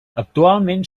actualment